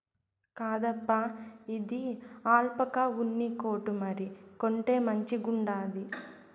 కాదప్పా, ఇది ఆల్పాకా ఉన్ని కోటు మరి, కొంటే మంచిగుండాది